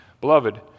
Beloved